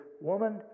woman